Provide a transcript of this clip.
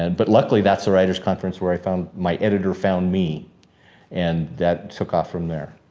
and but luckily that's the writer's conference where i found, my editor found me and that took off from there.